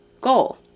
goal